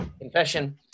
confession